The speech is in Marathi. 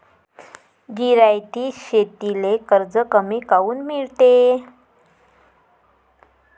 जिरायती शेतीले कर्ज कमी काऊन मिळते?